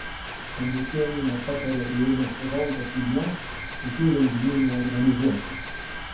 staniukėnienė patarė jei nesuvaldot minios tokių renginių neorganizuokit